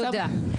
תודה.